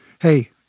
hey